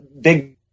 big